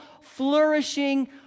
flourishing